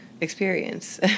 experience